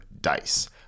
Dice